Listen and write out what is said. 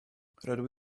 rydw